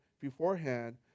beforehand